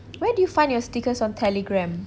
where do you find your stickers on Telegram